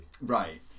right